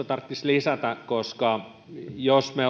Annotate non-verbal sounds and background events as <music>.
<unintelligible> tarvitsisi lisätä koska jos me <unintelligible>